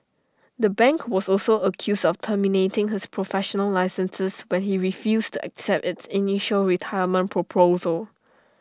the bank was also accused of terminating his professional licenses when he refused to accept its initial retirement proposal